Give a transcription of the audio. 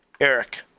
Eric